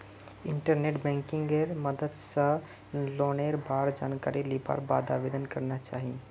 internet बैंकिंगेर मदद स लोनेर बार जानकारी लिबार बाद आवेदन करना चाहिए